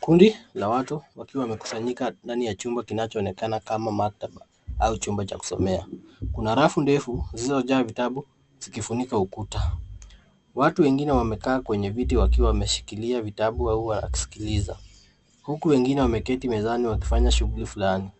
Kundi la watu wakiwa wamekusanyika ndani ya chumba kinachoonekana kama maktaba au chumba cha kusomea. Kuna rafu ndefu zilizojaa vitabu zikifunika ukuta. Watu wengine wamekaa kwenye viti wakiwa wameshikilia vitabu au wakisikiliza huku wengine wameketi mezani wakifanya shughuli fulani,